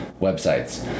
websites